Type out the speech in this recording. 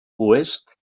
oest